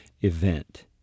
event